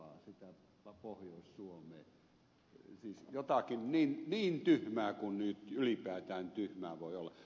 siis jotakin niin tyhmää kuin nyt ylipäätään tyhmää voi olla